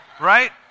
right